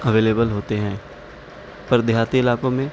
available ہوتے ہیں پر دیہاتی علاقوں میں